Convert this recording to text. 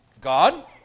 God